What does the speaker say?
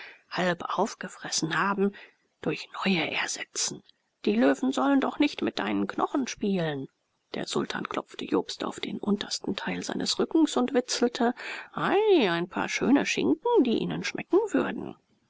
halb aufgefressen haben durch neue ersetzen die löwen sollen doch nicht mit deinen knochen spielen der sultan klopfte jobst auf den untersten teil seines rückens und witzelte ei ein paar schöne schinken die ihnen schmecken würden